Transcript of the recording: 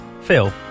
Phil